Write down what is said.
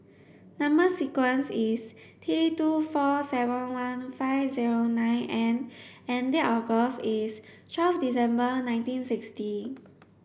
number sequence is T two four seven one five zero nine N and date of birth is twelfth December nineteen sixty